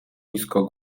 nisko